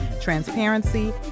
transparency